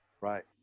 Right